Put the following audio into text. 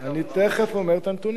אני תיכף אומר את הנתונים.